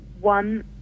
one